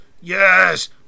Yes